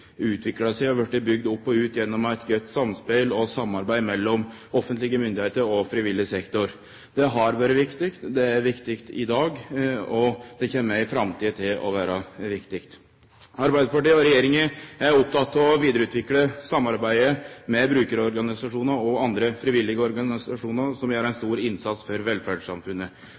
seg og blitt bygd opp og ut gjennom eit godt samspel og samarbeid mellom offentlege myndigheiter og frivillig sektor. Det har vore viktig, det er viktig i dag, og det kjem også i framtida til å vere viktig. Arbeidarpartiet og regjeringa er opptekne av å vidareutvikle samarbeidet med brukarorganisasjonar og andre frivillige organisasjonar som gjer ein stor innsats for velferdssamfunnet.